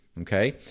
okay